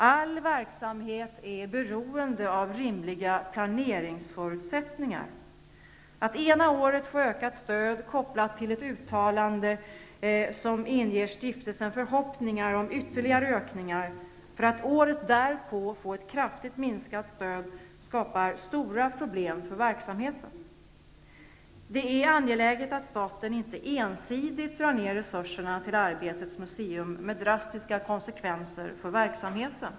All verksamhet är beroende av rimliga planeringsförutsättningar. Att ena året få ökat stöd kopplat till ett uttalande som inger stiftelsen förhoppningar om ytterligare ökningar för att året därpå få ett kraftigt minskat stöd skapar stora problem för verksamheten. Det är angeläget att staten inte ensidigt drar ned resurserna till Arbetets museum med drastiska konsekvenser för verksamheten.